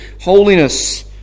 Holiness